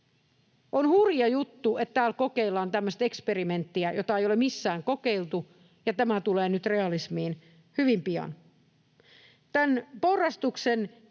On hurja juttu, että täällä kokeillaan tämmöistä eksperimenttiä, jota ei ole missään kokeiltu, ja tämä tulee nyt realismiin hyvin pian. Tämän porrastuksen